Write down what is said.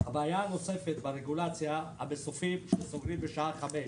הבעיה הנוספת ברגולציה זה המסופים שסוגרים בשעה חמש.